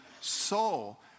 soul